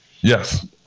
Yes